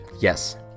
Yes